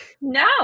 No